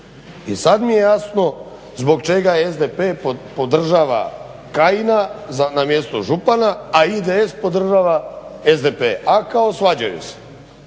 I sad mi je jasno zbog čega i SDP podržava Kajina na mjestu župana, a IDS podržava SDP, a kao svađaju se